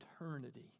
eternity